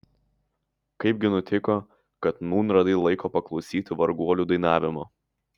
kaipgi nutiko kad nūn radai laiko paklausyti varguolių dainavimo